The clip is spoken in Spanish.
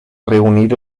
reunir